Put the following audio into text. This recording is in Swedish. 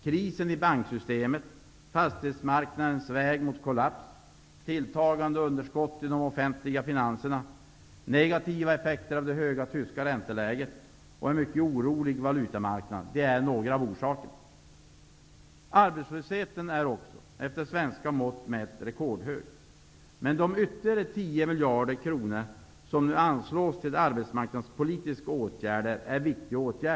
Krisen i banksystemet, fastighetsmarknadens väg mot kollaps, tilltagande underskott i de offentliga finanserna, negativa effekter av det höga tyska ränteläget och en mycket orolig valutamarknad är några av orsakerna. Arbetslösheten är med svenska mått mätt rekordhög. De ytterligare 10 miljarder kronor som nu anslås till arbetsmarknadspolitiska åtgärder är viktiga.